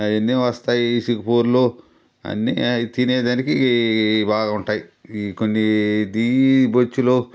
అయన్నీ వస్తాయి చిక్పూర్లో అన్నీ అయి తినేదానికి బాగుంటాయ్ ఇ కొన్ని దీ బొచ్చులో